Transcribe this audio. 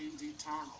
eternal